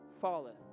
falleth